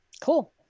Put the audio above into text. Cool